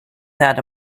that